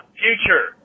future